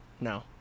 No